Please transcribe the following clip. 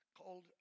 called